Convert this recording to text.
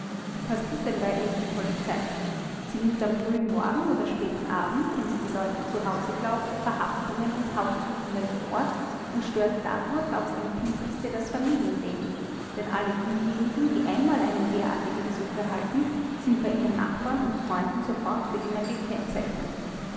was tut denn bei uns die polizei sie nimmt am frühen morgen oder späten abend wenn sie die leute zu hause glaubt verhaftungen und haussuchungen vor und stört dadurch aufs empfindlichste das familienleben denn alle diejenigen die einmal einen derartigen besuch erhalten sind bei ihren nachbarn und freunden sofort für immer gekennzeichnet